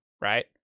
right